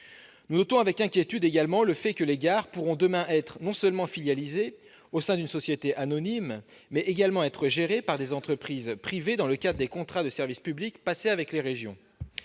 Nous notons avec inquiétude aussi le fait que les gares pourront demain être non seulement filialisées au sein d'une société anonyme, mais également gérées par des entreprises privées dans le cadre des contrats de service public passés avec les régions.